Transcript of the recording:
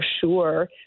sure